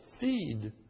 feed